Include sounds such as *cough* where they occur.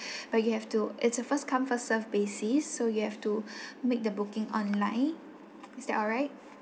*breath* but you have to it's a first come first served basis so you have to *breath* make the booking online is that all right